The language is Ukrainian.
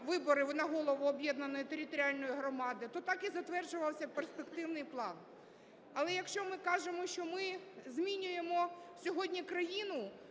на голову об'єднаної територіальної громади, то так і затверджувався перспективний план. Але якщо ми кажемо, що ми змінюємо сьогодні країну,